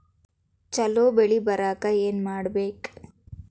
ಛಲೋ ಬೆಳಿ ಬರಾಕ ಏನ್ ಮಾಡ್ಬೇಕ್?